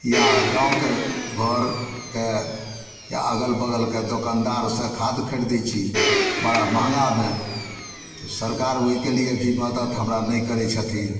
या गामके घरके जे अगल बगलके दोकानदारसे खाद खरिदै छी बड़ा महगामे तऽ सरकार ओहिकेलिए भी मदति हमरा नहि करै छथिन